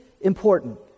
important